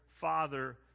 Father